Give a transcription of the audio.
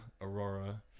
Aurora